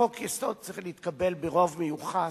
חוק-יסוד צריך להתקבל ברוב מיוחס,